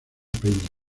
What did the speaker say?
peña